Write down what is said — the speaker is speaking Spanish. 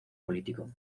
político